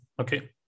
Okay